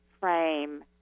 frame